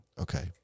Okay